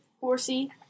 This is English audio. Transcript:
horsey